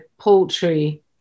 paltry